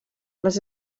les